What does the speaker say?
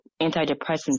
antidepressants